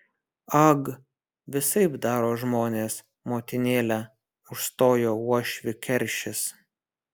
ag visaip daro žmonės motinėle užstojo uošvį keršis